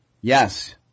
Yes